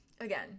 Again